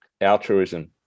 altruism